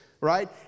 right